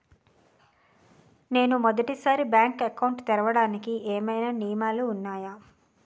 నేను మొదటి సారి బ్యాంక్ అకౌంట్ తెరవడానికి ఏమైనా నియమాలు వున్నాయా?